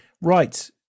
right